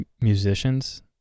musicians